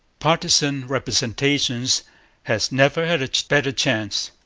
partisan misrepresentation has never had a better chance.